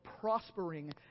prospering